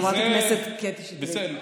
חברת הכנסת קטי שטרית,